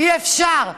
אי-אפשר.